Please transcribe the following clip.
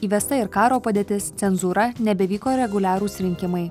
įvesta ir karo padėtis cenzūra nebevyko reguliarūs rinkimai